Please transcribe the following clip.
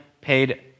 paid